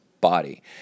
body